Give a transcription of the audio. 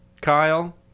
kyle